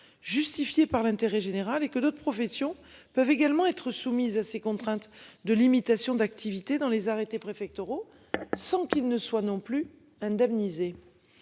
justifié par l'intérêt général et que d'autres professions peuvent également être soumises à ces contraintes de limitation d'activité dans les arrêtés préfectoraux sans qu'il ne soit non plus indemnisés.